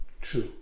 true